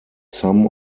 some